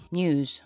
news